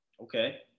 Okay